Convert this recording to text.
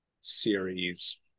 series